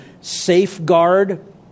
safeguard